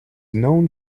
known